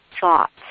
thoughts